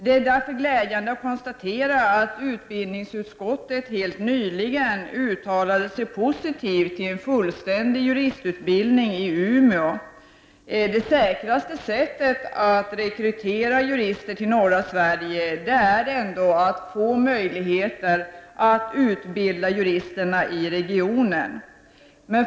Det är därför glädjande att konstatera att utbildningsutskottet helt nyligen uttalade sig positivt för en fullständig juristutbildning i Umeå. Det säkraste sättet att rekrytera jurister till norra Sverige är ändå att man får möjligheter att utbilda juristerna i regionen.